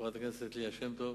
חברת הכנסת ליה שמטוב,